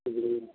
जी